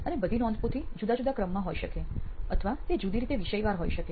અને બધી નોંધપોથી જુદા જુદા ક્રમમાં હોઈ શકે અથવા તે જુદી રીતે વિષયવાર હોઈ શકે